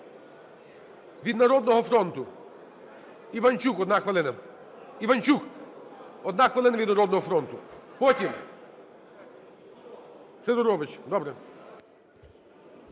Від "Народного фронту" Іванчук, 1 хвилина. Іванчук! 1 хвилина від "Народного фронту". Потім? Сидорович. Добре.